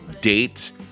dates